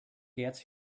gets